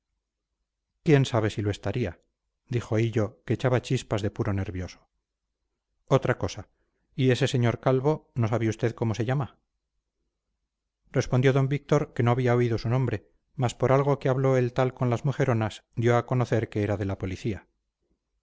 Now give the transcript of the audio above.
quién sabe si lo estaría dijo hillo que echaba chispas de puro nervioso otra cosa y ese señor calvo no sabe usted cómo se llama respondió d víctor que no había oído su nombre mas por algo que habló el tal con las mujeronas dio a conocer que era de la policía